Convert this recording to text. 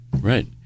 Right